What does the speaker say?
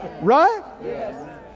right